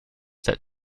that